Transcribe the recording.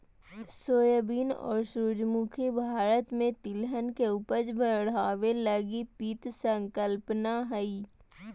soybean और सूरजमुखी भारत में तिलहन के उपज बढ़ाबे लगी पीत संकल्पना हइ